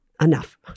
Enough